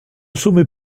sommet